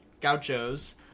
gauchos